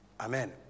Amen